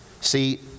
See